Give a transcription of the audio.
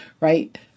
Right